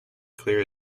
clear